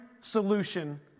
solution